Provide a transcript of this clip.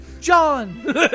John